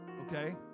okay